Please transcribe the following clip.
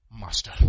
master